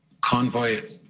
convoy